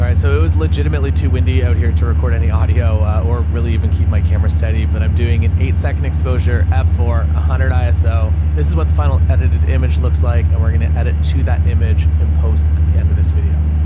so it was legitimately too windy out here to record any audio or really even keep my camera steady, but i'm doing an eight second exposure f for a hundred iso. this is what the final edited image looks like and we're going to edit to that image in post at the end of this video.